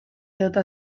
edota